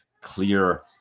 clear